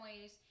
ways